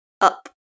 Up